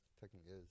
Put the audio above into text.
technically